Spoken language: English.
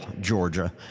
Georgia